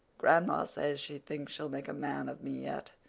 grandma says she thinks she'll make a man of me yet.